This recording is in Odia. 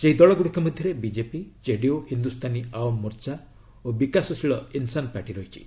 ସେହି ଦଳଗୁଡ଼ିକ ମଧ୍ୟରେ ବିଜେପି ଜେଡିୟୁ ହିନ୍ଦୁସ୍ତାନୀ ଆୱାମ୍ ମୋର୍ଚ୍ଚା ଓ ବିକାଶଶୀଳ ଇନ୍ସାନ୍ ପାର୍ଟି ରହିଛି